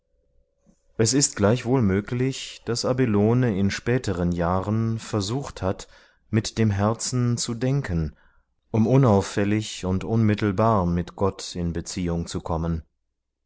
es ist gleichwohl möglich daß abelone in späteren jahren versucht hat mit dem herzen zu denken um unauffällig und unmittelbar mit gott in beziehung zu kommen